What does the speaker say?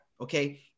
okay